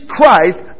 Christ